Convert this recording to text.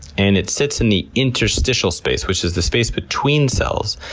and it sits in the interstitial space, which is the space between cells.